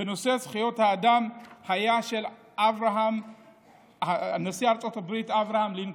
בנושא זכויות האדם היה של נשיא ארצות הברית אברהם לינקולן,